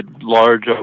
large